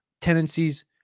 tendencies